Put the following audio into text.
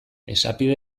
esapide